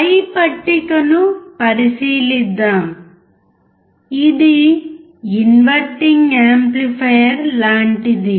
పై పట్టికను పరిశీలిద్దాం ఇది ఇన్వర్టింగ్ యాంప్లిఫైయర్ లాంటిది